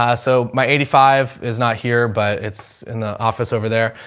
ah so my eighty five is not here, but it's in the office over there.